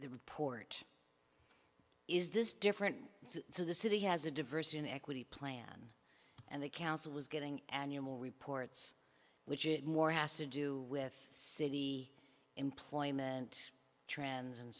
the report is this different so the city has a diversity an equity plan and the council was getting annual reports which it more has to do with city employment trends and